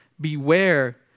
beware